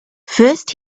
first